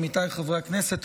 עמיתיי חברי הכנסת,